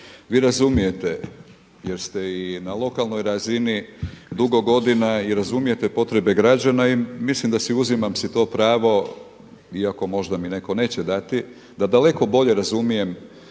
vi razumijete jer ste i na lokalnoj razini dugo godina i razumijete potrebe građana i mislim da si uzimam si to pravo, iako možda mi netko neće dati da daleko bolje razumijem